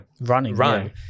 running